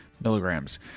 milligrams